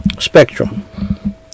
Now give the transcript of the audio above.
spectrum